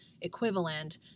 equivalent